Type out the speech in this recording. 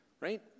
right